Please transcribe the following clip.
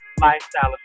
lifestyle